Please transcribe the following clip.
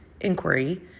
inquiry